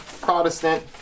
Protestant